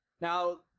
Now